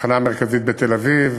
התחנה המרכזית בתל-אביב,